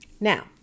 Now